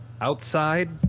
Outside